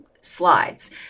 slides